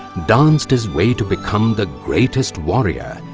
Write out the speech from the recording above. danced his way to become the greatest warrior,